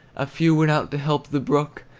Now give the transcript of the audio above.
a few went out to help the brook,